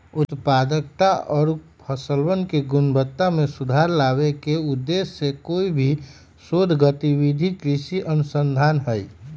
उत्पादकता और फसलवन के गुणवत्ता में सुधार लावे के उद्देश्य से कोई भी शोध गतिविधि कृषि अनुसंधान हई